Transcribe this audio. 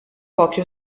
pochi